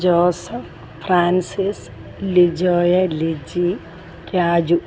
Joseph Francis Lijoy Liji Raju